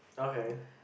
okay